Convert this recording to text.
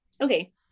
Okay